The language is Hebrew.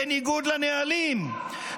בניגוד לנהלים,